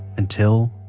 until